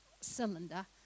cylinder